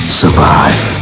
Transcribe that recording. survive